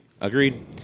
agreed